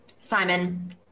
Simon